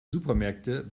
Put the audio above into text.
supermärkte